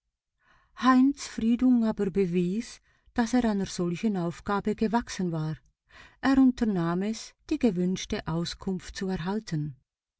heinz friedung aber bewies daß er einer solchen aufgabe gewachsen war er unternahm es die gewünschte auskunft zu erhalten